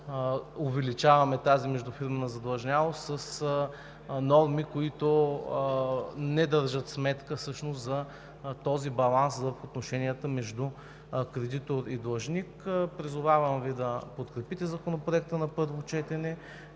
да увеличаваме тази междуфирмена задлъжнялост с норми, които не държат сметка за този баланс в отношенията между кредитор и длъжник. Призовавам Ви да подкрепите Законопроекта на първо четене